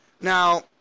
now